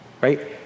right